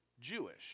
Jewish